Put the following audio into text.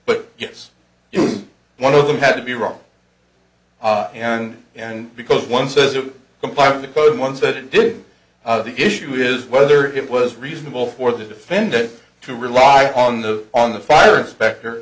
but yes one of them had to be wrong and and because one says it comply with the code ones that it did the issue is whether it was reasonable for the defendant to rely on the on the fire inspector